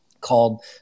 called